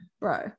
bro